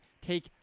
take